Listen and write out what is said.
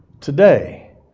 today